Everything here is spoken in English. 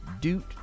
doot